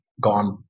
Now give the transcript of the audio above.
gone